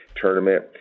tournament